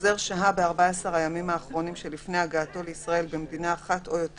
החוזר שהה ב-14 הימים האחרונים שלפני הגעתו לישראל במדינה אחת או יותר